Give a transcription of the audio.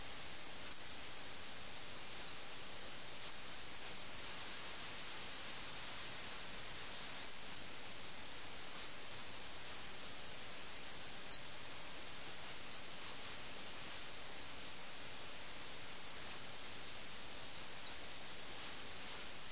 അബദ്ധവശാൽ പോലും അവർ വീട്ടിൽ നിൽക്കില്ലെന്ന് അദ്ദേഹം പറയുന്നു അതിനർത്ഥം ബീഗത്തിനും കാമുകനും അവരുടെ അവിഹിത ബന്ധം തുടരാനുള്ള സാഹചര്യം തെളിഞ്ഞു എന്നാണ്